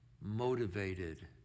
motivated